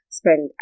spend